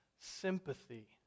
sympathy